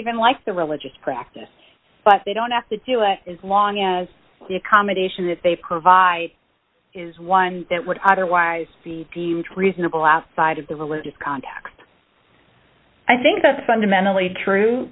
even like the religious practice but they don't have to do it is long as the accommodation that they provide is one that would otherwise be reasonable outside of the religious context i think that's fundamentally true